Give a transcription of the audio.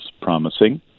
promising